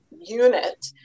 unit